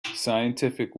scientific